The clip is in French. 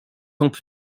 camp